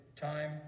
time